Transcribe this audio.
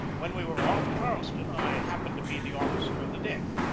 when we were off charleston i happened to be the officer of the deck.